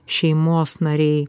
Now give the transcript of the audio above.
šeimos nariai